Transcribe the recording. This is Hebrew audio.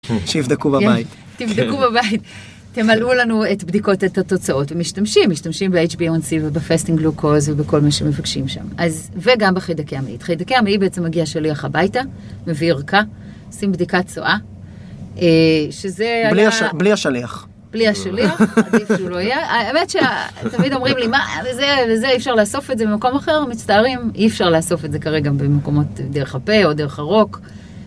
שיבדקו בבית, תבדקו בבית, תמלאו לנו את בדיקות את התוצאות ומשתמשים, משתמשים ב-HB1C ובפסטינג גלוקוז ובכל מה שמבקשים שם אז וגם בחיידקי המעי, חיידקי המעי בעצם מגיע שליח הביתה, מביא ערכה, עושים בדיקת צואה, שזה היה, בלי השליח, בלי השליח, עדיף שהוא לא היה, האמת שתמיד אומרים לי מה זה וזה, אי אפשר לאסוף את זה במקום אחר, מצטערים, אי אפשר לאסוף את זה כרגע במקומות דרך הפה או דרך הרוק,